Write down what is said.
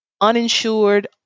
uninsured